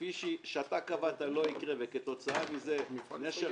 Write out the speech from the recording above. כפי שקבעת, לא יקרה וכתוצאה מזה -- המפעל ייסגר.